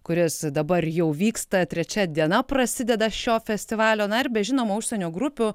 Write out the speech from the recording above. kuris dabar jau vyksta trečia diena prasideda šio festivalio na ir be žinomų užsienio grupių